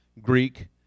Greek